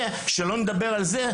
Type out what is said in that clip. בנוסף,